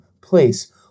place